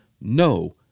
no